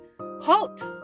Halt